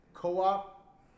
Co-op